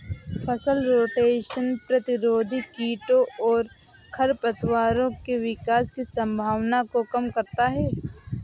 फसल रोटेशन प्रतिरोधी कीटों और खरपतवारों के विकास की संभावना को कम करता है